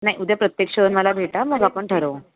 नाही उद्या प्रत्यक्ष येऊन मला भेटा मग आपण ठरवू